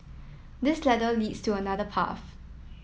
this ladder leads to another path